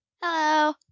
Hello